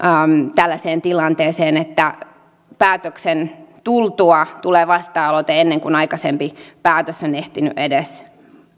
tällaiseen tilanteeseen että päätöksen tultua tulee vasta aloite ennen kuin aikaisempi päätös on ehtinyt edes